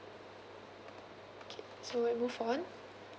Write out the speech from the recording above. okay so we move on